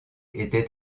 était